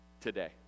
today